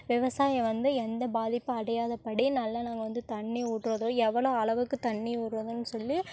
விவசாயம் வந்து எந்த பாதிப்பும் அடையாதப்படி நல்லா நாங்கள் வந்து தண்ணி விட்றதோ எவ்வளோ அளவுக்கு தண்ணி விட்றதுன்னு சொல்லி